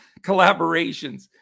Collaborations